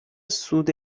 سود